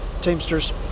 Teamsters